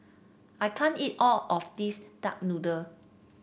I can't eat all of this Duck Noodle